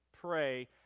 pray